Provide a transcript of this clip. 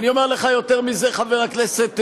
חבר הכנסת גילאון,